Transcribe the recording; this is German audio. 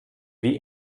wie